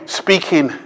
speaking